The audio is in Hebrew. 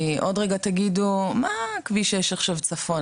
כי עוד רגע תגידו, "מה כביש 6 צפון עכשיו?